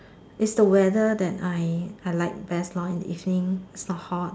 is the weather that I I like best lah in the evening not so hot